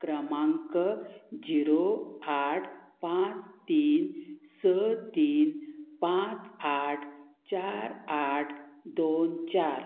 क्रमांक झिरो आठ पांच तीन स तीन पांच आठ चार आठ दोन चार